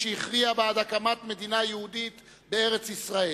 שהכריעה בעד הקמת מדינה יהודית בארץ-ישראל.